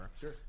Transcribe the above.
Sure